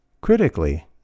Critically